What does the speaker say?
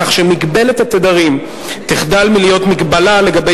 כך שמגבלת התדרים תחדל מלהיות מגבלה לגבי